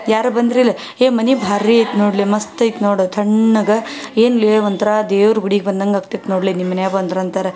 ಯಾರೂ ಬಂದರಿಲ್ಲ ಏ ಮನೆಗೆ ಬಾರಿ ಐತೆ ನೋಡ್ಲೆ ಮಸ್ತ್ ಐತೆ ನೋಡು ತಣ್ಣಗೆ ಏನಲೇ ಒಂಥರ ದೇವ್ರ ಗುಡಿಗೆ ಬಂದಂಗೆ ಆಗ್ತೈತೆ ನೋಡಲೇ ನಿಮ್ಮ ಮನ್ಯಾಗ ಬಂದ್ರೆ ಅಂತಾರೆ